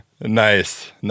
Nice